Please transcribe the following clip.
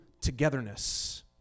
togetherness